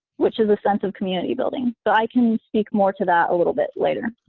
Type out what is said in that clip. which is a sense of community building, so i can speak more to that a little bit later.